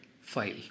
file